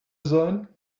sein